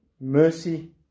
mercy